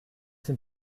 sind